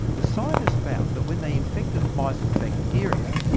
the scientists found that when they infected mice with bacteria,